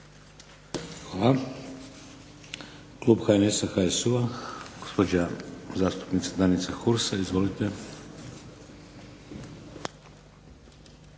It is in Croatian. Hvala. Klub HNS-a, HSU-a, gospođa zastupnica Danica Hursa. Izvolite.